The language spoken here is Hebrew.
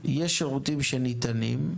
יש שירותים שניתנים,